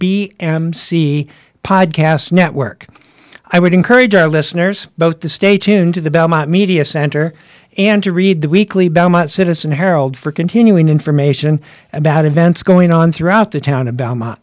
m c podcast network i would encourage our listeners both to stay tuned to the media center and to read the weekly belmont citizen herald for continuing information about events going on throughout the town about